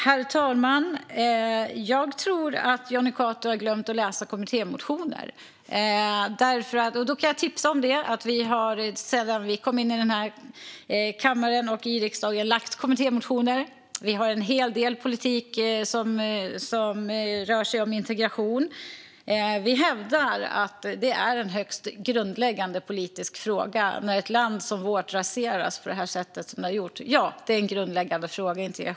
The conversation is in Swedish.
Herr talman! Jag tror att Jonny Cato har glömt att läsa kommittémotioner. Jag kan tipsa om att vi sedan vi kom in i riksdagen har väckt kommittémotioner. Vi har en hel del politik som rör integration. Vi hävdar att detta är en högst grundläggande politisk fråga när ett land som Sverige raseras på detta sätt. Integrationen är en grundläggande fråga.